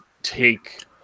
take